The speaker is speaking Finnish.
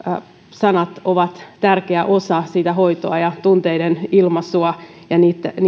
sanat ovat tärkeä osa sitä hoitoa ja tunteiden ilmaisua ja